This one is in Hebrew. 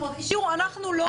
כלומר רק "אנחנו לא"?